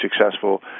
successful